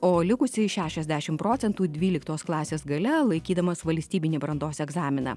o likusieji šešiasdešimt procentų dvyliktos klasės gale laikydamas valstybinį brandos egzaminą